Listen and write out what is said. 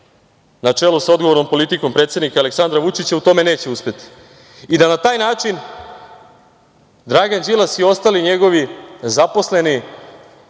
na čelu sa odgovornom politikom predsednika Aleksandra Vučića u tome neće uspeti i da na taj način Dragan Đilas i ostali njegovi zaposleni